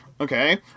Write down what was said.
Okay